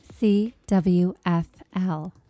CWFL